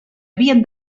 havien